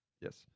Yes